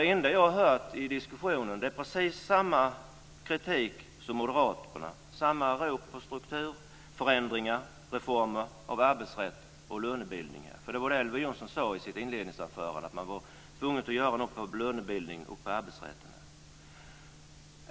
Det enda jag har hört i diskussionen är precis samma kritik som från moderaterna, samma rop på strukturförändringar och reformer av arbetsrätt och lönebildning. Det var det Elver Jonsson sade i sitt inledningsanförande, att man är tvungen att göra något åt lönebildningen och arbetsrätten.